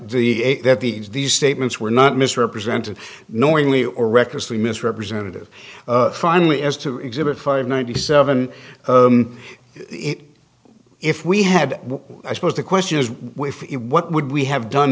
the that these these statements were not misrepresented knowingly or records the misrepresentative finally as to exhibit five ninety seven if we had i suppose the question is what would we have done